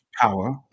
power